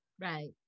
right